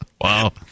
Wow